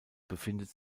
befindet